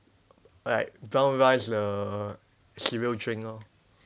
like brown rice the cereal drink lor